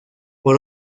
por